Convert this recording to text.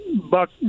Buck –